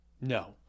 No